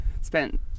spent